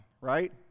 right